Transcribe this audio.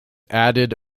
added